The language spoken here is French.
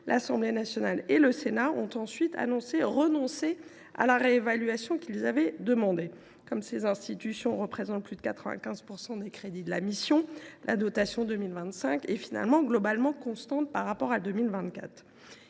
l’Assemblée nationale et le Sénat ont ensuite annoncé renoncer à la réévaluation qu’ils avaient demandée. Comme ces institutions représentent plus de 95 % des crédits de cette mission, la dotation pour 2025 est en fin de compte globalement constante par rapport à 2024.